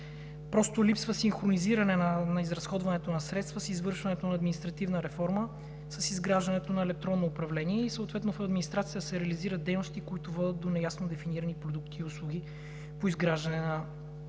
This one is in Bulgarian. Просто липсва синхронизиране на изразходването на средства с извършването на административна реформа, с изграждането на електронно управление и съответно в администрацията се реализират дейности, които водят до неясно дефинирани продукти и услуги по изграждане на електронното управление,